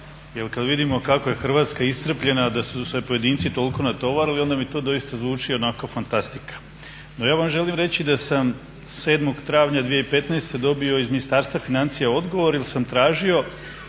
kada vidimo kako je Hrvatska iscrpljena a da su se pojedinci toliko natovarili onda mi to doista zvuči onako fantastika. No, ja vam želim reći da sam 7. travnja 2015. dobio iz Ministarstva financija odgovor jer sam tražio